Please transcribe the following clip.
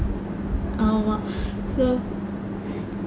err what so